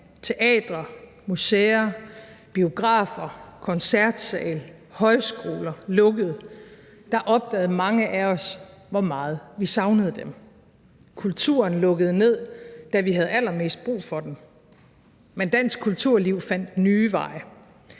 teatre, museer, biografer, koncertsale, højskoler lukkede, opdagede mange af os, hvor meget vi savnede dem. Kulturen lukkede ned, da vi havde allermest brug for den, men dansk kulturliv fandt nye veje.